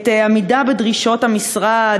העמידה בדרישות המשרד,